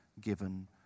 given